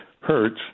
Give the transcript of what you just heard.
hertz